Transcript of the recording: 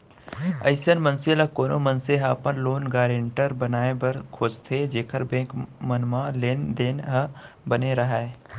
अइसन मनसे ल कोनो मनसे ह अपन लोन गारेंटर बनाए बर खोजथे जेखर बेंक मन म लेन देन ह बने राहय